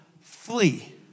flee